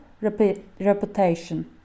Reputation